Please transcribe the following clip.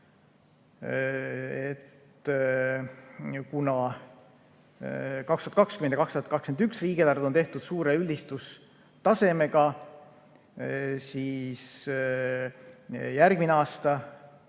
kuna 2020. ja 2021. aasta riigieelarve on tehtud suure üldistustasemega, siis järgmine aasta,